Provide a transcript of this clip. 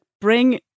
bring